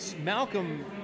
Malcolm